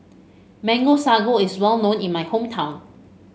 Mango Sago is well known in my hometown